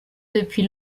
depuis